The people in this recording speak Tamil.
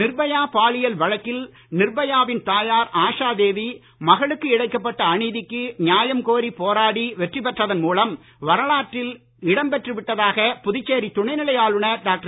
நிர்பயா பாலியல் வழக்கில் நிர்பயா வின் தாயார் ஆஷா தேவி மகளுக்கு இழைக்கப்பட்ட அநீதிக்கு நியாயம் கோரி போராடி வெற்றி பெற்றதன் மூலம் வரலாற்றில் இடம் பெற்று விட்டதாக புதுச்சேரி துணைநிலை ஆளுனர் டாக்டர்